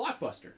blockbuster